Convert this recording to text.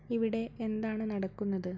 ഇവിടെ എന്താണ് നടക്കുന്നത്